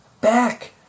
back